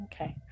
okay